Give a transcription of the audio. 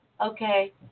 okay